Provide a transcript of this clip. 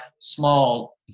small